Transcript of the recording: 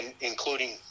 including